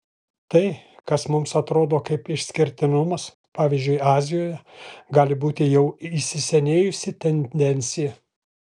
tai kas mums atrodo kaip išskirtinumas pavyzdžiui azijoje gali būti jau įsisenėjusi tendencija